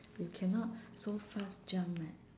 we cannot so fast jump eh